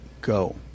go